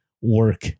work